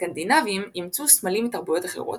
הסקנדינבים אימצו סמלים מתרבויות אחרות